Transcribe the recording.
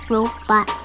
Robot